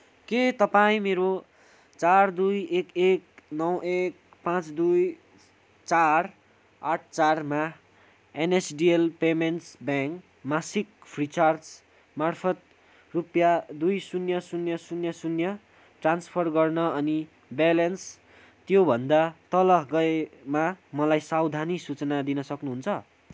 के तपाईँ मेरो चार दुई एक एक नौ एक पाँच दुई चार आठ चार मा एनएसडिएल पेमेन्टस ब्याङ्क मासिक फ्रिचार्ज मार्फत रुपियाँ दुई शून्य शून्य शून्य शून्य शून्य ट्रान्सफर गर्न अनि ब्यालेन्स त्योभन्दा तल गएमा मलाई सावधानी सुचना दिन सक्नुहुन्छ